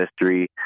mystery